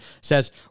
Says